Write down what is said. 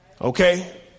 okay